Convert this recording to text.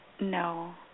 No